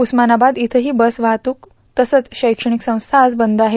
उस्मानाबाद इयेंही बस वाहतूक तसंच शैक्षणिक संस्था आज बंद आहेत